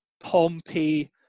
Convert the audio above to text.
Pompey